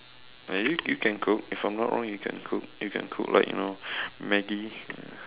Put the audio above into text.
ah you you can cook if I'm not wrong you can cook you can cook like you know Maggi ya